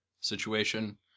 situation